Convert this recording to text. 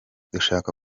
dushaka